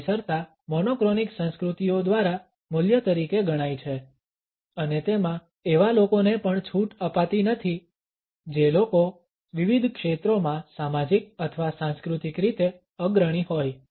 સમયસરતા monochronic સંસ્કૃતિઓ દ્વારા મૂલ્ય તરીકે ગણાય છે અને તેમાં એવા લોકોને પણ છૂટ અપાતી નથી જે લોકો વિવિધ ક્ષેત્રોમાં સામાજિક અથવા સાંસ્કૃતિક રીતે અગ્રણી હોય